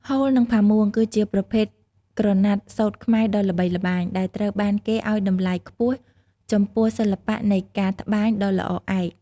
ហូល និងផាមួង គឺជាប្រភេទក្រណាត់សូត្រខ្មែរដ៏ល្បីល្បាញ ដែលត្រូវបានគេឱ្យតម្លៃខ្ពស់ចំពោះសិល្បៈនៃការត្បាញដ៏ល្អឯក។